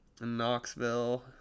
Knoxville